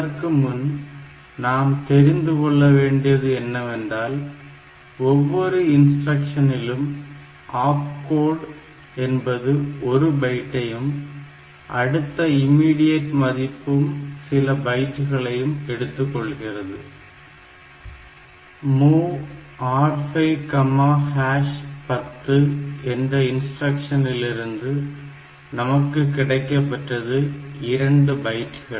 அதற்குமுன் நாம் தெரிந்து கொள்ள வேண்டியது என்னவென்றால் ஒவ்வொரு இன்ஸ்டிரக்ஷனிலும் ஆப்கோட் என்பது 1 பைட் ஐயும் அடுத்த இமீடியட் மதிப்பும் சில பைட்களை எடுத்துக்கொள்கிறது MOV R5 10 என்ற இன்ஸ்டிரக்ஷன்லிருந்து நமக்கு கிடைக்கப் பெற்றது 2 பைட்கள்